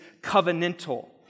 covenantal